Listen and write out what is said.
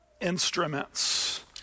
instruments